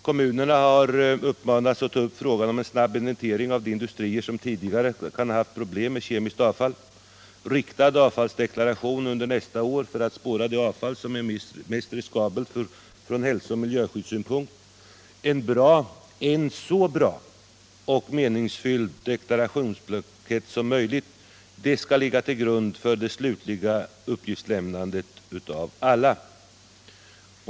Kommunerna har uppmanats att ta upp frågan om en snabb inventering av de industrier som tidigare kan ha haft problem med kemiska avfall. Nästa år genomförs en deklaration som särskilt inriktas på att spåra det avfall som är mest riskfyllt från hälsooch miljösynpunkt. En så bra och meningsfull deklarationsblankett som möjligt skall ligga till grund för det slutliga uppgiftslämnandet från alla.